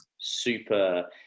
super